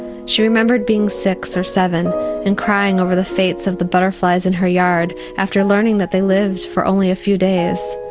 she remembered being six or seven and crying over the fates of the butterflies in her yard after learning that they lived for only a few days.